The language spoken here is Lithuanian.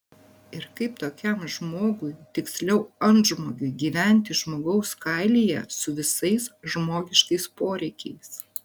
ir kaip tokiam žmogui tiksliau antžmogiui gyventi žmogaus kailyje su visais žmogiškais poreikiais